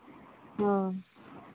ᱦᱳᱭ